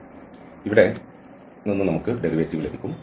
അതിനാൽ ഇവിടെ നിന്ന് നമുക്ക് ഡെറിവേറ്റീവ് ലഭിക്കും